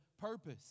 purpose